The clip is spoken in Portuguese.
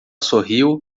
sorriu